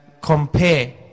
compare